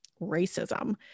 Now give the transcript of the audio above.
racism